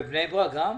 ובני ברק גם?